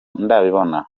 ndabibona